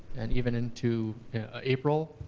and even into april,